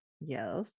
Yes